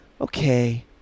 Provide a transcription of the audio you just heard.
okay